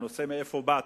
הנושא מאיפה באת,